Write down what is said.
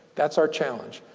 that's our challenge.